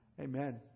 Amen